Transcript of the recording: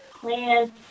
plans